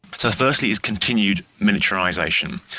so firstly it's continued militarisation.